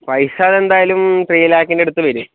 പൈസ എന്തായാലും ത്രീ ലാക്കിൻ്റെ അടുത്തുവരും